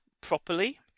properly